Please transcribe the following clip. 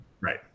Right